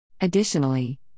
Additionally